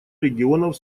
регионов